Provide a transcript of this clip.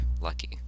Lucky